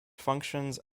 functions